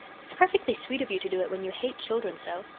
it's perfectly sweet of you to do it when you hate children so.